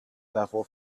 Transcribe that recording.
level